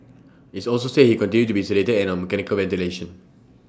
its also said he continued to be sedated and on mechanical ventilation